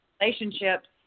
relationships